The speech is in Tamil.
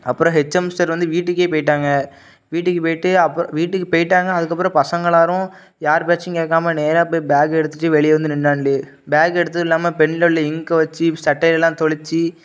அப்புறம் ஹெச்எம் சார் வந்து வீட்டுக்கே போயிட்டாங்க வீட்டுக்கு போயிட்டு அப்போ வீட்டுக்கு போயிட்டாங்க அதுக்கப்புறம் பசங்க எல்லோரும் யார் பேச்சையும் கேட்காம நேராக போய் பேக்கை எடுத்துட்டு வெளியே வந்து நின்னாண்டி பேக் எடுத்ததும் இல்லாமல் பென்னில் உள்ள இங்கேக வச்சு சட்டையில்யெல்லாம் தொலைச்சு